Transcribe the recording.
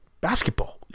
basketball